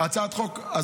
מדי פעם,